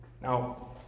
Now